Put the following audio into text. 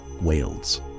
Wales